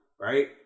Right